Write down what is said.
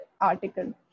article